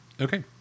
Okay